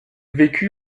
vécut